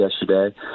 yesterday